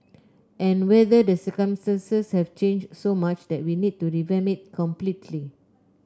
and whether the circumstances have changed so much that we need to revamp it completely